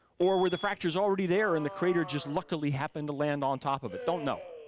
or were the fractures already there and the crater just luckily happened to land on top of it? don't know.